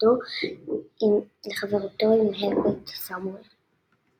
לחברותו עם הרברט סמואל.